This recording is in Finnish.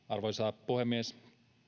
arvoisa puhemies